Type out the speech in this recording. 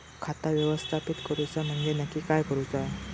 खाता व्यवस्थापित करूचा म्हणजे नक्की काय करूचा?